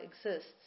exists